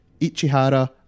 Ichihara